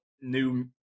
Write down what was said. new